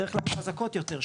בדרך כלל החזקות יותר,